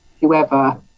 whoever